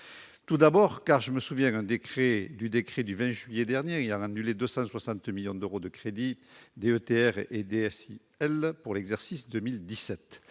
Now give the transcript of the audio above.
Tout d'abord, parce que je me souviens du décret du 20 juillet dernier ayant rendu les 260 millions d'euros de crédits DETR et DSIL pour l'exercice 2017.